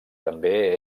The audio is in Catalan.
també